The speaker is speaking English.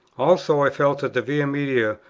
also i felt that the via media,